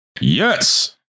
Yes